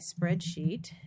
spreadsheet